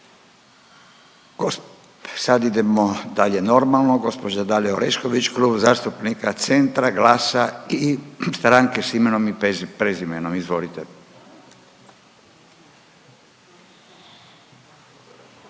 Sad idemo dalje normalno, gospođa Dalija Orešković, Klub zastupnika Centra, GLAS-a i Stranke s imenom i prezimenom. Izvolite.